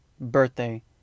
birthday